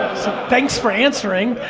thanks for answering.